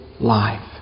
life